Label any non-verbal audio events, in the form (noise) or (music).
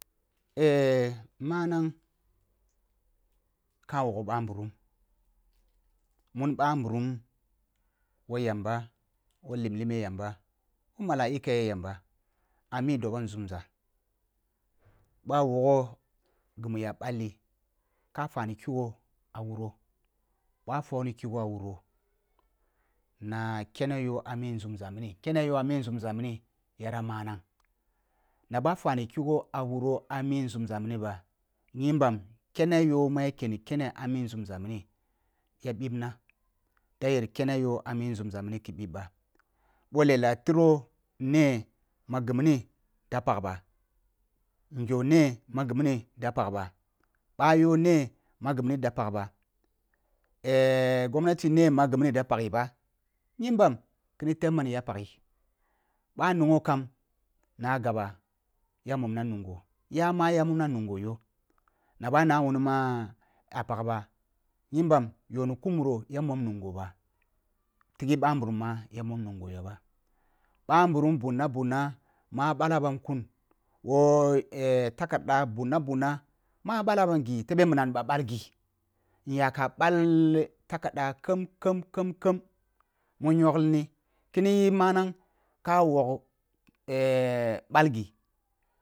(hesitation) manang ka wogh ba nburum mun ɓa nburum woh yamba woh lim lime yamba woh makika ye yamba ami dibo nzumza boh ah wogh gimu ya balli ka fa ni kigho ah wuro boh a foni kigha a wuro na kene yoh a mi nzumza minikene yoh ami nzumza mini ya manag na ba fami kigho a wuro ami nzunza mini ba nyambam kene yoh mu ya ken ni kene ami nzumza mini ya bibna da yei kene yoh ami nzumza mini ki bib ba boh lela tiro neh ma ghi mini da pag ba ngyo neh ma ghi mini da pag ba (hesitation) gomnati ne ma ghi mini da paghi ba nyimbam tuni teh man yah paghi ba ningho kam na gaba ya momma mungho jah ma ya momna nungho yoh na ba nawuni mah ah pag ba yimbam yonì ku muro ya mom nungho ba tigh ɓa nburum ma ya mom nungho ba ɓa nburum buna ma balabam kun woh (hesitation) takaɗa buna-buna ma ɓala bam ghi tebe minam ni ɓah ɓalghi nyaka ɓal dakaɗa khem-khem-khem-khem mu nyonglini kini yi manang ka wog (hesitation) ɓal ghi.